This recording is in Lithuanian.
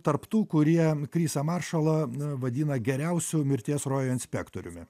tarp tų kurie krisą maršalą e vadina geriausiu mirties rojuje inspektoriumi